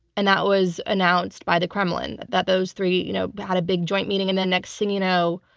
and that was announced by the kremlin that those three you know had a big joint meeting. and then, next thing you know,